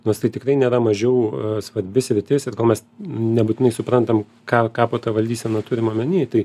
nors tai tikrai nėra mažiau svarbi sritis ir ko mes nebūtinai suprantam ką ką po ta valdysena turim omeny tai